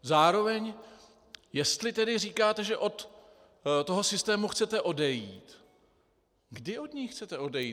Zároveň, jestli tedy říkáte, že od toho systému chcete odejít, kdy od něj chcete odejít?